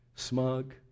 Smug